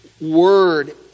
word